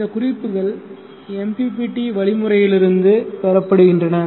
இந்த குறிப்புகள் MPPT வழிமுறையிலிருந்து பெறப்படுகின்றன